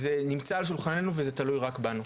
זה נמצא על שולחננו וזה תלוי רק בנו.